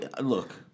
look